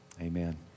Amen